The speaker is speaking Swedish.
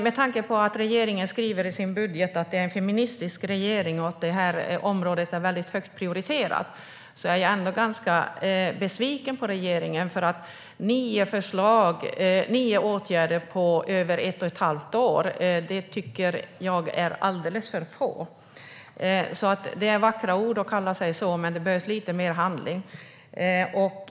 Med tanke på att regeringen skriver i sin budget att man är en feministisk regering och att detta område är högt prioriterat är jag ändå ganska besviken på regeringen. Nio åtgärder på över ett och ett halvt år tycker jag är alldeles för få. Det är vackra ord att säga att man är en feministisk regering, men det behövs lite mer handling.